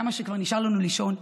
כמה שכבר נשאר לנו לישון,